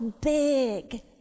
big